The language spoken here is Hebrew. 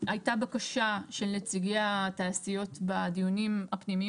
הייתה בקשה של נציגי התעשיות בדיונים הפנימיים,